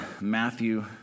Matthew